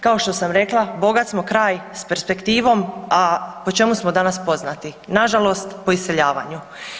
Kao što sam rekla bogat smo kraj s perspektivom, a po čemu smo danas poznati, nažalost po iseljavanju.